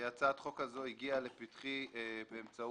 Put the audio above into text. הצעת החוק הזו הגיעה לפתחי באמצעות